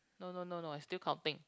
no no no no I still counting